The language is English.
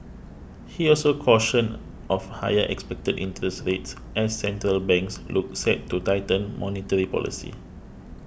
he also cautioned of higher expected interest rates as central banks look set to tighten monetary policy